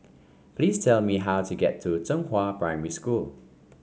please tell me how to get to Zhenghua Primary School